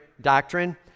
doctrine